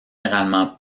généralement